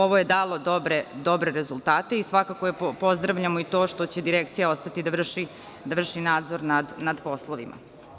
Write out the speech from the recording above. Ovo je dalo dobre rezultate i svakako pozdravljamo i to što će direkcija ostati da vrši nadzor nad ovim poslovima.